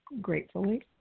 gratefully